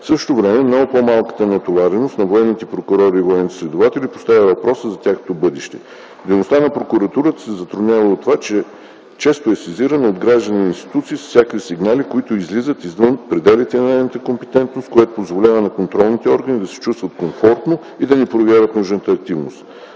същото време много по-малката натовареност на военните прокуратури и военните следователи поставя въпроса за тяхното бъдеще. Дейността на прокуратурата се затруднява и от това, че е често сезирана от граждани и институции с всякакви сигнали, които излизат извън пределите на нейната компетентност, което позволява на контролните органи да се чувстват комфортно и да не проявяват нужната активност.